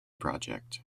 project